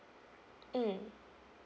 mm